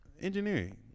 engineering